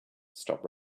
stop